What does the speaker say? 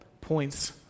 points